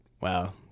Wow